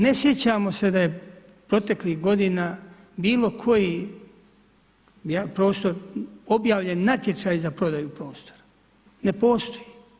Ne sjećamo se da je proteklih godina bilo koji prostor obavljen natječaj za prodaju prostora, ne postoji.